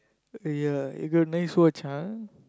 !aiya! you got nice watch !huh!